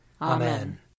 Amen